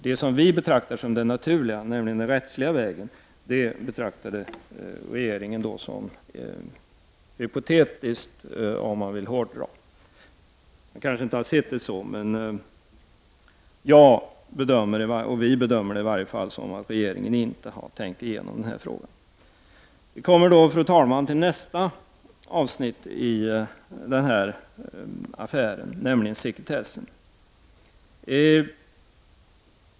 Det som vi betraktar som det naturliga, nämligen att gå den rättsliga vägen, betraktade regeringen då som hypotetiskt — om vi vill hårdra. Man har kanske inte sett det så, men vi bedömer det i varje fall så att regeringen inte har tänkt igenom den här frågan. Vi kommer nu, fru talman, till nästa avsnitt i den här affären, nämligen det som gäller sekretessen.